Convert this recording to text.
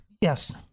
Yes